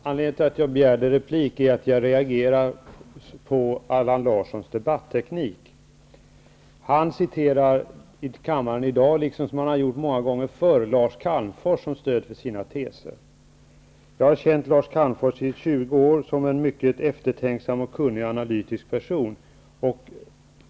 Herr talman! Jag begärde replik eftersom jag reagerade på Allan Larssons debatteknik. Han citerade i kammaren i dag, liksom han har gjort så många gånger förr, Lars Calmfors som stöd för sina teser. Jag har känt Lars Calmfors i 20 år som en mycket eftertänksam och kunnig analytisk person.